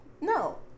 no